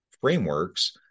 frameworks